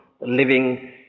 living